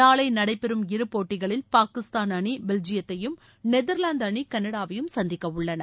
நாளை நடைபெறும் இரு போட்டிகளில் பாகிஸ்தான் அணி பெல்ஜியத்தையும் நெதர்வாந்து அணி கனடாவை சந்திக்கவுள்ளன